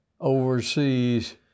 Overseas